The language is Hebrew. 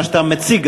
ישיב סגן שר החינוך,